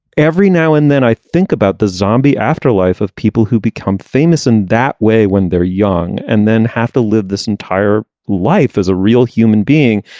every now and then i think about the zombie afterlife of people who become famous and that way when they're young and then have to live this entire life as a real human being.